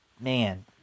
man